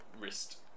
wrist